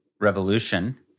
revolution